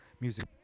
music